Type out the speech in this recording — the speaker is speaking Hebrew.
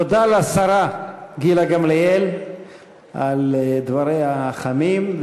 תודה לשרה גילה גמליאל על דבריה החמים.